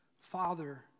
father